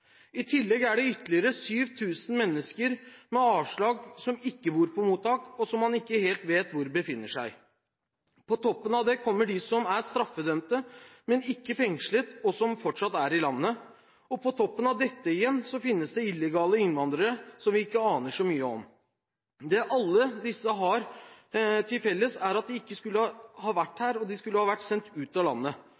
I tillegg er det ytterligere 7 000 mennesker med avslag som ikke bor på mottak, og som man ikke helt vet hvor befinner seg. På toppen av det kommer de som er straffedømte, men ikke fengslet, og som fortsatt er i landet. På toppen av dette igjen finnes det illegale innvandrere som vi ikke vet så mye om. Det alle disse har til felles, er at de ikke skulle ha vært